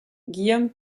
guillaume